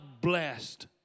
blessed